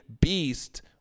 beast